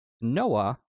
Noah